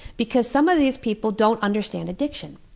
because some of these people don't understand addiction.